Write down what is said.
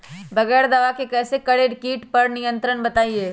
बगैर दवा के कैसे करें कीट पर नियंत्रण बताइए?